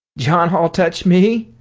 john hall touch me!